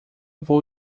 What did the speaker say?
vou